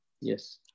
Yes